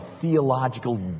theological